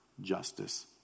justice